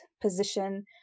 position